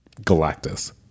Galactus